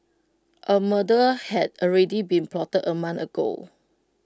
A murder had already been plotted A month ago